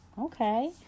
Okay